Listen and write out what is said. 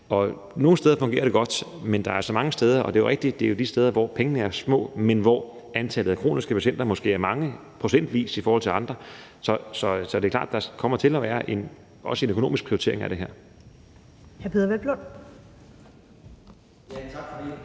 Nogle steder fungerer det godt, men der er altså mange steder, hvor det ikke er tilfældet, og det er rigtigt, at det er de steder, hvor pengene er små, at antallet af kroniske patienter måske procentvis er mange i forhold til andre, så det er klart, at der kommer til at være en økonomisk prioritering af det her.